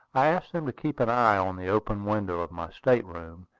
i asked them to keep an eye on the open windows of my state-room,